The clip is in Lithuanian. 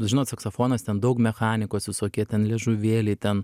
žinot saksofonas ten daug mechanikos visokie ten liežuvėliai ten